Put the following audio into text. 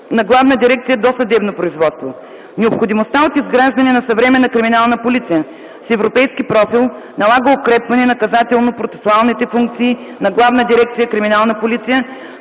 на Главна дирекция „Досъдебно производство”. Необходимостта от изграждане на съвременна криминална полиция с европейски профил налага укрепване наказателно-процесуалните функции на Главна дирекция „Криминална полиция”,